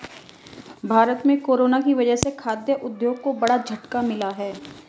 भारत में कोरोना की वजह से खाघ उद्योग को बड़ा झटका मिला है